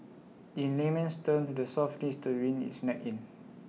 in layman's terms the south needs to wind its neck in